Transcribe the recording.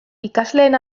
ikasleen